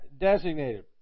designated